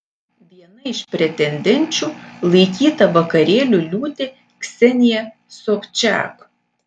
viena iš pretendenčių laikyta vakarėlių liūtė ksenija sobčiak